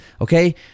Okay